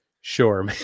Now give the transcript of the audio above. Sure